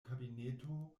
kabineto